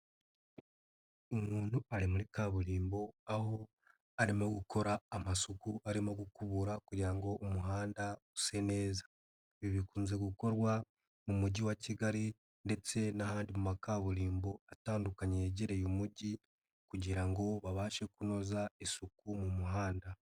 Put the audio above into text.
Umuntu ari muri kaburimbo, aho arimo gukora amasuku arimo gukubura kugira ngo umuhanda use neza, ibi bikunze gukorwa mu mujyi wa Kigali ndetse n'ahandi ma kaburimbo atandukanye yegereye umujyi kugira ngo babashe kunoza isuku mu muhanda.